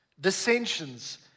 Dissensions